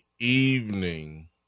evening